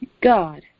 God